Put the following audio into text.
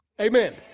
Amen